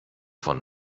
von